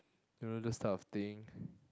you know those type of thing